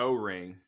O-ring